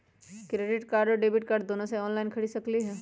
Credit card और debit card दोनों से ऑनलाइन खरीद सकली ह?